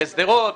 בשדרות?